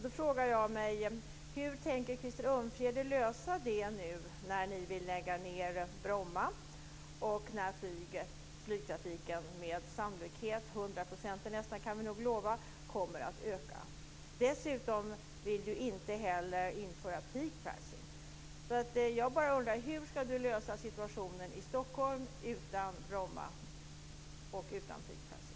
Då frågar jag mig: Hur tänker Krister Örnfjäder lösa det nu när ni vill lägga ned Bromma och när flygtrafiken med nästan hundraprocentig sannolikhet - det kan vi nog lova - kommer att öka? Dessutom vill ni ju inte heller införa peak pricing. Jag undrar bara: Hur skall Krister Örnfjäder lösa situationen i Stockholm, utan Bromma och utan peak pricing?